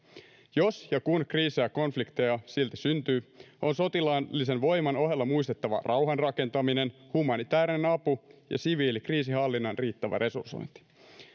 jos ja kun kriisejä ja konflikteja silti syntyy on sotilaallisen voiman ohella muistettava rauhan rakentaminen humanitäärinen apu ja siviilikriisinhallinnan riittävä resursointi